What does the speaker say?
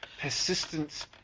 Persistence